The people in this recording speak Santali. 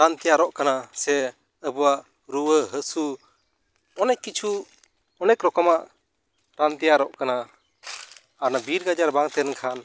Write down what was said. ᱨᱟᱱ ᱛᱮᱭᱟᱨᱚᱜ ᱠᱟᱱᱟ ᱥᱮ ᱟᱵᱚᱣᱟᱜ ᱨᱩᱣᱟᱹ ᱦᱟᱹᱥᱩ ᱚᱱᱮᱠ ᱠᱤᱪᱷᱩ ᱚᱱᱮᱠ ᱨᱚᱠᱚᱢᱟᱜ ᱨᱟᱱ ᱛᱮᱭᱟᱨᱚᱜ ᱠᱟᱱᱟ ᱟᱨ ᱚᱱᱟ ᱵᱤᱨ ᱜᱟᱡᱟᱲ ᱵᱟᱝ ᱛᱟᱦᱮᱱᱠᱷᱟᱱ